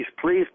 please